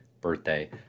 birthday